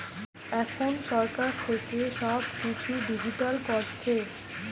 এখন সরকার থেকে সব কিছু ডিজিটাল করছে